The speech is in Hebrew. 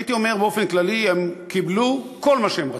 והייתי אומר, באופן כללי, הם קיבלו כל מה שהם רצו.